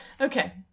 Okay